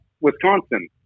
Wisconsin